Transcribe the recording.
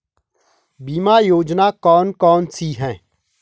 बीमा योजना कौन कौनसी हैं?